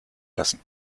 lassen